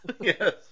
Yes